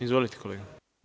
Izvolite, kolega.